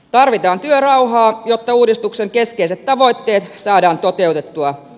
tarvitaan työrauhaa jotta uudistuksen keskeiset tavoitteet saadaan toteutettua